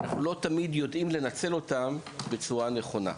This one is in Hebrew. אנחנו לא תמיד יודעים לנצל אותם בצורה הנכונה.